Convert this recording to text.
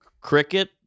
cricket